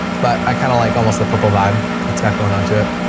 but i kinda like almost the purple vibe that's got going on to it.